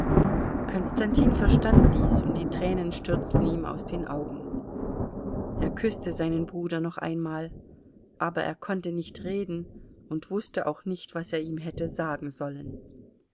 konstantin verstand dies und die tränen stürzten ihm aus den augen er küßte seinen bruder noch einmal aber er konnte nicht reden und wußte auch nicht was er ihm hätte sagen sollen